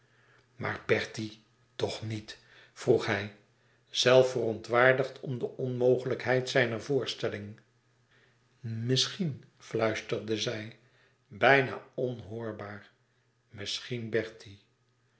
maar bertie toch niet vroeg hij zelf verontwaardigd om de onmogelijkheid zijner voorstelling misschien fluisterde zij bijna onhoorbaar misschien